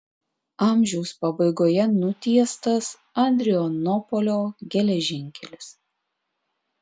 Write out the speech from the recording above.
amžiaus pabaigoje nutiestas adrianopolio geležinkelis